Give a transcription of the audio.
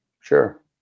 Sure